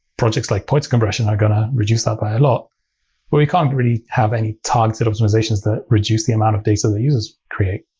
projects like points compression are going to reduce that by a lot, but we can't really have any targeted optimizations that reduce the amount of data the users create.